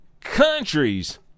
countries